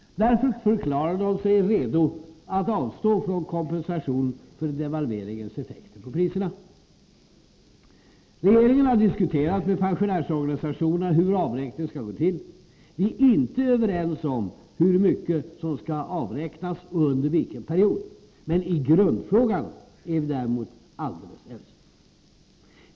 Därför förklarade de sig redo att avstå från kompensation för devalveringens effekter på priserna. Regeringen har diskuterat med pensionärsorganisationerna hur avräkningen skall gå till. Vi är inte överens om hur mycket som skall avräknas och under vilken period. I grundfrågan är vi däremot alldeles ense.